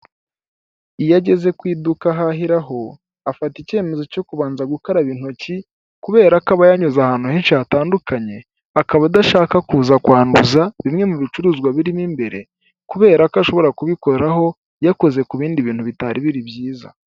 Iyo ageze ku iduka ahahiraho afata ikemeze cyo gukaraba intoki kubera ko abayanyuze ahantu henshi hatandukanye akaba adashaka kuza kwanduza bimwe mu bicuruzwa birimo imbere kubera ko ashobora kubikoraho yakoze ku bindi bintu bitari biri byiza.